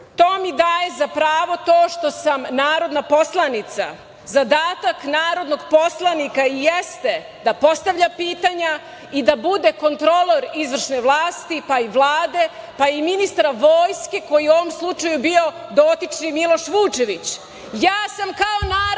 To mi daje za pravo to što sam narodna poslanica. Zadatak narodnog poslanika i jeste da postavlja pitanja i da bude kontrolor izvršne vlasti, pa i Vlade, pa i ministra vojske koji je u ovom slučaju bio dotični Miloš Vučević. Ja sam kao narodna